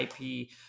IP